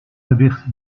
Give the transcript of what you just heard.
gewicht